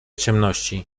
ciemności